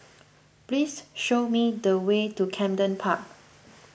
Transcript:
please show me the way to Camden Park